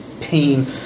pain